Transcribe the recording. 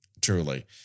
Truly